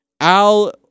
Al